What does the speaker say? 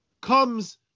comes